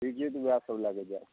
चैतिये दुर्गा सब लए कए जाएब